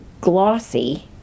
glossy